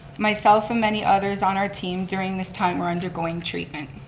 myself and many others on our team during this time were undergoing treatment.